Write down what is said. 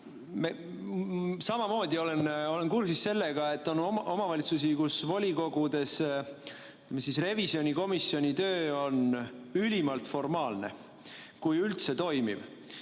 Samamoodi olen kursis sellega, et on omavalitsusi, kus volikogudes revisjonikomisjoni töö on ülimalt formaalne, kui see üldse toimib.